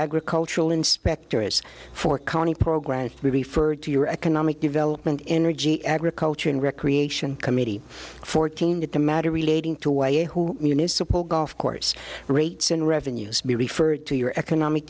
agricultural inspectors for county program referred to your economic development energy agriculture and recreation committee fourteen that the matter relating to a who municipal golf course rates in revenues be referred to your economic